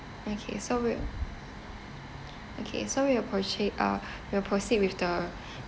okay so we'll okay so we'll proceed uh we'll proceed with the